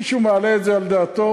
מישהו מעלה את זה על דעתו?